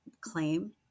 claim